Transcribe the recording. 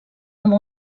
amb